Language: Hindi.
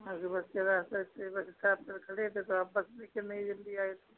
आगे बढ़ते रहते स्टेप पर खड़े थे तो आप बस लेकर नहीं जल्दी आए थे